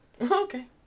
Okay